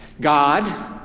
God